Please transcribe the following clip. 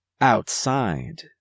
Outside